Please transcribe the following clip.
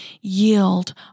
yield